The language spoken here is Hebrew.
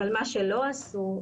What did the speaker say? אבל מה שלא עשו,